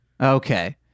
Okay